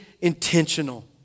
intentional